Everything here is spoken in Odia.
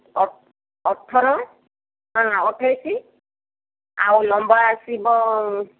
ଅଠ ଅଠର ନାଁ ନାଁ ଅଠେଇଶି ଆଉ ଲମ୍ବା ଆସିବ